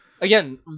Again